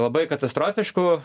labai katastrofiškų